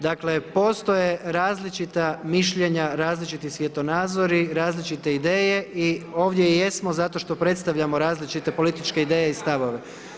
Dakle, postoje različita mišljenja, različiti svjetonazori, različite ideje i ovdje jesmo zato što predstavljamo različite političke ideje i stavove.